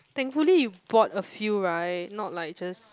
thankfully you bought a few right not like just